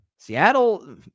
Seattle